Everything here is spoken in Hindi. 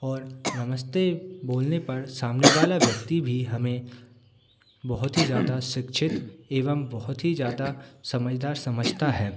और नमस्ते बोलने पर सामने वाला व्यक्ति भी हमें बहुत ही ज़्यादा शिक्षित एवं बहुत ही ज़्यादा समझदार समझता है